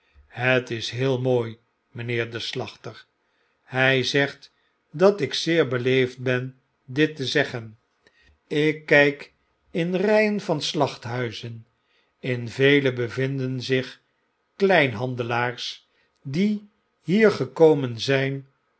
het is heel mooi mpheer de slachter hy zegt dat ik zeer beleefd ben dit te zeggen ik kflk in rjjen van slachthuizen in vele bevinden zich kleinhandelaars die hier gekomen zijn